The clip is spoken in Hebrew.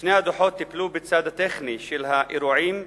שני הדוחות טיפלו בצד הטכני של האירועים,